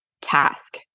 task